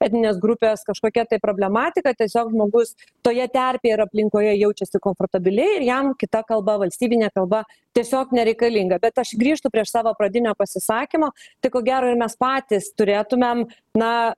etninės grupės kažkokia problematika tiesiog žmogus toje terpėje ir aplinkoje jaučiasi komfortabiliai ir jam kita kalba valstybinė kalba tiesiog nereikalinga bet aš grįžtu prie savo pradinio pasisakymo tai ko gero ir mes patys turėtumėm na